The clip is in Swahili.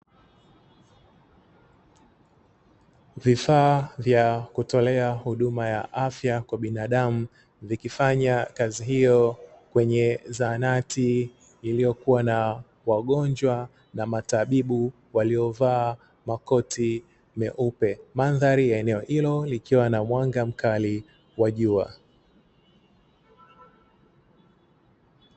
Vifaa vya kutolea huduma ya afya kwa binadamu vikifanya kazi hiyo kwenye zahanati iliyokuwa na wagonjwa na matabibu walivaa makoti meupe, mandhari ya eneo hilo likiwa na mwanga mkali wa jua.